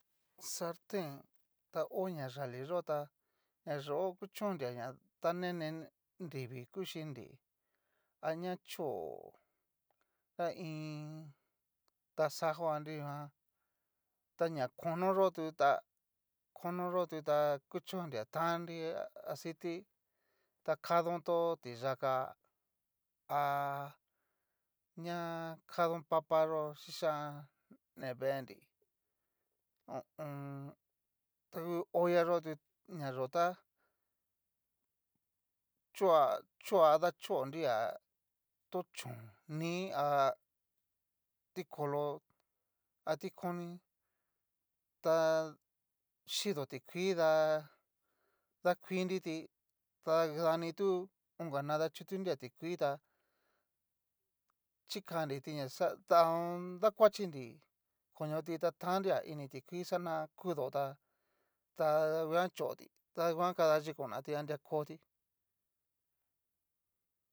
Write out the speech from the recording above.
salten ta ho na yali yó tá, nayó kuchonria ná ta nene nrivii kuxhinri, aña chó ta iin taxajo a nrujuan ta ña kono yo tu ta kono yo tu ta kuchonria tanri aciti ta kadon tó tiyaka ha ña kadon papa yó chichan ni veenri, ho o on. tangu olla yó tu ña yó tá choa dachonri to chón ni a tikolo tikoni ta chido tikuii da dakuinriti, ta dani tu onga danachutunria tikuii tá chikanriti na xa ta hon. dakuachi nri koñoti ta tannri ini ti kuii xana kudotá, tada nguan choti tada nguan kadaxhikonnatí anria koti.